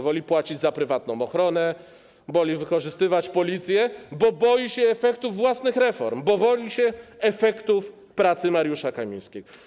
Woli płacić za prywatną ochronę, woli wykorzystywać Policję, bo boi się efektów własnych reform, boi się efektów pracy Mariusza Kamińskiego.